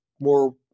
more